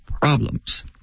problems